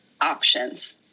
options